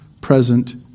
present